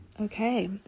Okay